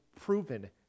proven